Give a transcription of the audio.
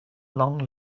long